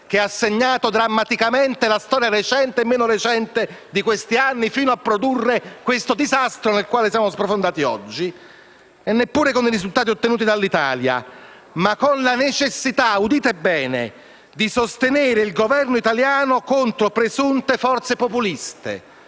che ha segnato drammaticamente la storia degli ultimi anni fino a produrre il disastro nel quale siamo sprofondati oggi, e neppure con i risultati ottenuti dall'Italia, ma con la necessità - udite bene - di sostenere il Governo italiano contro presunte forze populiste.